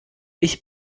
ich